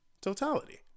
totality